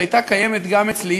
שהייתה קיימת גם אצלי